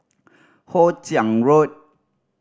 Hoe Chiang Road